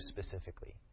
specifically